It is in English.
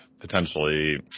potentially